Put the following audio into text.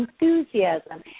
enthusiasm